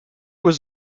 was